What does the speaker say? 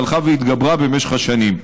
שהלכה והתגברה במשך השנים.